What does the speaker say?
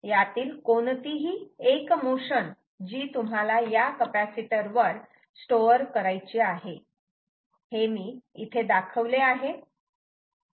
यातील कोणतीही एक मोशन जी तुम्हाला या कपॅसिटर वर स्टोअर करायची आहे हे मी इथे दाखवले आहे